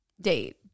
date